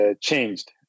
changed